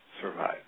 survive